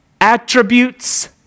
attributes